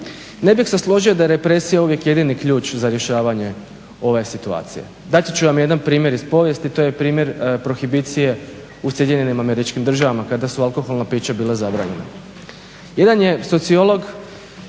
Ne bih se složio da je represija uvijek jedini ključ za rješavanje ove situacije. Dati ću vam jedna primjer iz povijesti, to je primjer prohibicije u SAD-u kada su alkoholna pića bila zabranjena.